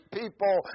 people